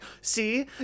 see